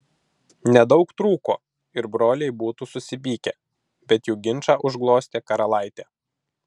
nedaug trūko ir broliai būtų susipykę bet jų ginčą užglostė karalaitė